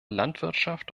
landwirtschaft